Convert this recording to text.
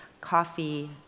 coffee